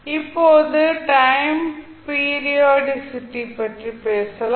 இப்போது time periodicity பற்றி பேசலாம்